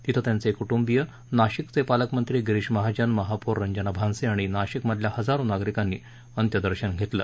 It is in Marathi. तिथं त्यांचे क्टुंबीय नाशिकचे पालकमंत्री गिरीश महाजन महापौर रंजना भानसी आणि नाशिकमधल्या हजारो नागरिकांनी अंत्यदर्शन घेतलं